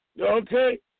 Okay